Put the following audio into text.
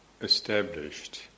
established